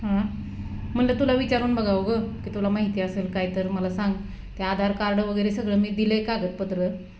हं म्हणलं तुला विचारून बघावं गं की तुला माहिती असेल काय तर मला सांग ते आधार कार्ड वगैरे सगळं मी दिलं आहे कागदपत्र